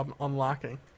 unlocking